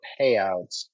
payouts